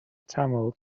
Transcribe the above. tamil